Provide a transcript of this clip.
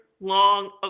long